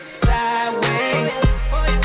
sideways